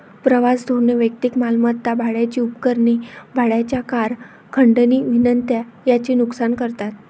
प्रवास धोरणे वैयक्तिक मालमत्ता, भाड्याची उपकरणे, भाड्याच्या कार, खंडणी विनंत्या यांचे नुकसान करतात